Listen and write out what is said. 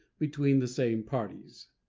between the same parties.